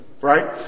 right